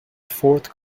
fourth